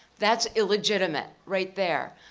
that's illegitimate, right there.